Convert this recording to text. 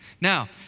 Now